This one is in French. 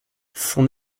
son